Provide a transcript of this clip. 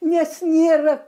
nes nėra